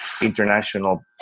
international